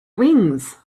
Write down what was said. wings